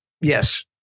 Yes